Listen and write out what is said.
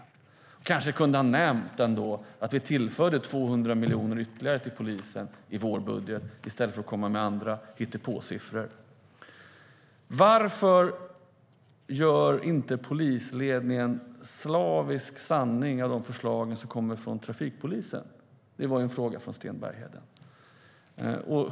I stället för att komma med hittepåsiffror kunde kanske ändå Sten Bergheden ha nämnt att vi tillförde 200 miljoner ytterligare till polisen i vårbudgeten. Varför gör inte polisledningen slaviskt sanning av de förslag som kommer från trafikpolisen? Det var en fråga från Sten Bergheden.